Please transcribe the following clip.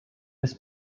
with